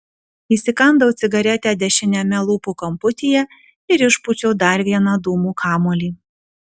įsikandau cigaretę dešiniame lūpų kamputyje ir išpūčiau dar vieną dūmų kamuolį